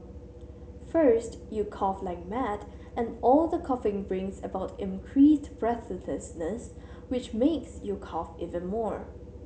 first you cough like mad and all the coughing brings about increased breathlessness which makes you cough even more